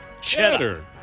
Cheddar